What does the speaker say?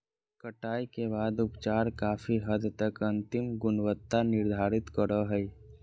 कटाई के बाद के उपचार काफी हद तक अंतिम गुणवत्ता निर्धारित करो हइ